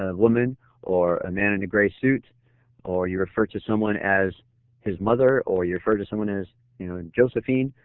ah woman or a man in a grey suit or you refer to someone as his mother or refer to someone as you know and josephine,